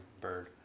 Bird